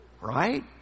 right